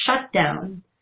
shutdown